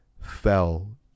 fell